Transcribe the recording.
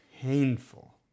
painful